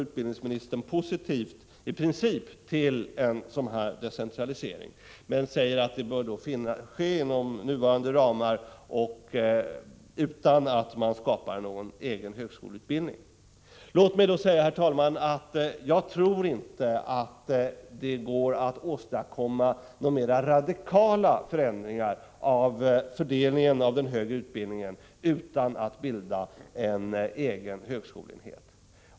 Utbildningsministern uttalade sig i princip positivt till en sådan här decentralisering men sade att den borde ske inom nuvarande ramar och utan att man skapar någon egen högskoleutbildning. Låt mig då säga, herr talman, att jag inte tror att det går att åstadkomma några mer radikala förändringar i fördelningen av den högre utbildningen utan att bilda en egen högskoleenhet.